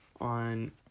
on